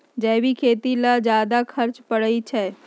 जैविक खेती ला ज्यादा खर्च पड़छई?